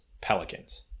Pelicans